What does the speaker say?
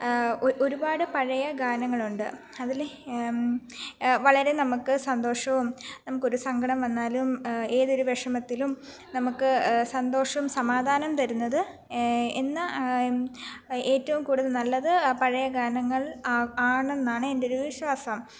ഒരുപാട് പഴയ ഗാനങ്ങളുണ്ട് അതിൽ വളരെ നമുക്ക് സന്തോഷവും നമുക്ക് ഒരു സങ്കടം വന്നാലും ഏതൊരു വിഷമത്തിലും നമുക്ക് സന്തോഷം സമാധാനം തരുന്നത് എന്ന ഏറ്റവും കൂടുതൽ നല്ലത് പഴയ ഗാനങ്ങൾ ആ ആണന്നാണ് എൻ്റെ ഒരു വിശ്വാസം